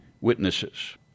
witnesses